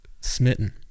smitten